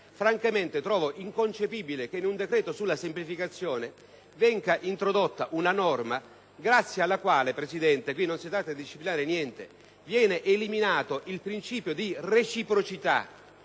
francamente trovo inconcepibile che in un decreto sulla semplificazione venga introdotta una norma grazie alla quale viene eliminato il principio di reciprocità